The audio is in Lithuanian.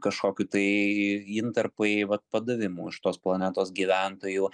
kažkokių tai intarpai vat padavimų iš tos planetos gyventojų